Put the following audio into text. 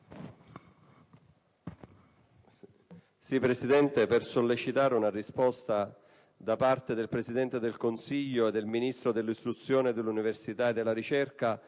intervengo per sollecitare una risposta da parte del Presidente del Consiglio e del Ministro dell'istruzione, dell'università e della ricerca